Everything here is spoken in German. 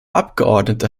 abgeordnete